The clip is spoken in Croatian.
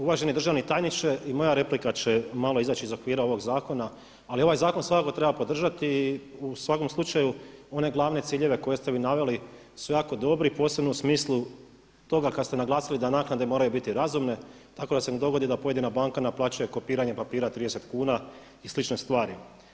Uvaženi državni tajniče i moja replika će malo izaći iz okvira ovog zakona ali ovaj zakon svakako treba podržati i u svakom slučaju one glavne ciljeve koje ste vi naveli su jako dobri i posebno u smislu toga kada ste naglasili da naknade moraju biti razumne tako da se ne dogodi da pojedina banka naplaćuje kopiranje papira 30 kuna i slične stvari.